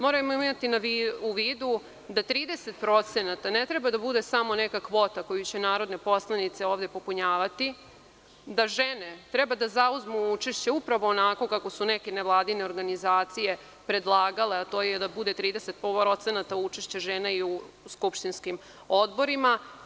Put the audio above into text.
Moramo imati u vidu da 30% ne treba da bude samo neka kvota koju će narodne poslanice ovde popunjavati, da žene treba da zauzmu učešće upravo onako kako su neke nevladine organizacije predlagale, a to je da bude 30% učešća žena i u skupštinskim odborima.